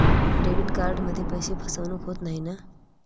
Debit कार्डमध्ये पैसे फसवणूक होत नाही ना?